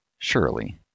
Surely